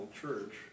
church